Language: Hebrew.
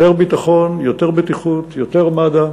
יותר ביטחון, יותר בטיחות, יותר מד"א,